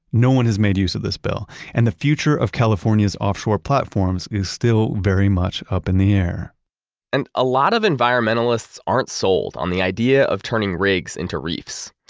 no one has made use of this bill and the future of california's offshore platforms is still very much up in the air and a lot of environmentalists aren't sold on the idea of turning rigs into reefs.